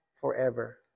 forever